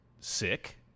sick